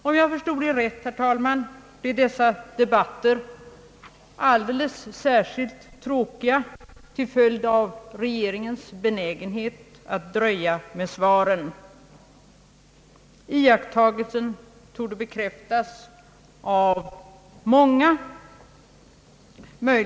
Om jag förstod Er rätt, herr talman, blev dessa debatter alldeles särskilt tråkiga till följd av regeringens benägenhet att dröja med svaren. TIakttagelsen torde bekräftas av många.